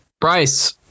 Bryce